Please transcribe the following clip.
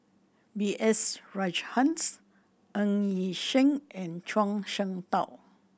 B S Rajhans Ng Yi Sheng and Zhuang Shengtao